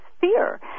fear